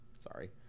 Sorry